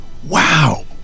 Wow